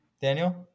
Daniel